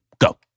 go